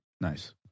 Nice